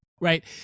right